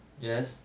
yes